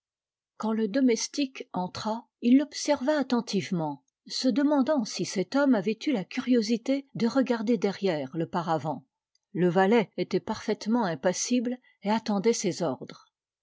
uand le domestique entra il l'observa attentivement se demandant si cet homme avait eu la curiosité de regarder derrière le paravent le valet était parfaitement impassible et attendait ses ordres